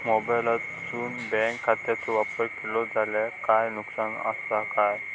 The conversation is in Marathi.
मोबाईलातसून बँक खात्याचो वापर केलो जाल्या काय नुकसान असा काय?